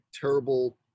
terrible